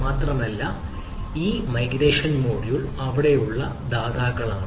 മാത്രമല്ല ഈ migration module അവിടെയുള്ള ദാതാക്കളാണ്